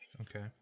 Okay